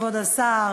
כבוד השר,